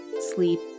sleep